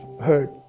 heard